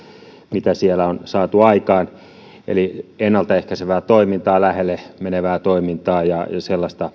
mitä siellä on saatu aikaan ennaltaehkäisevää toimintaa lähelle menevää toimintaa ja sellaista